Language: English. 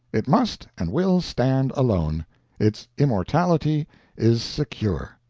it must and will stand alone its immortality is secure.